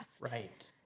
Right